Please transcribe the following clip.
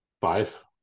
five